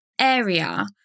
area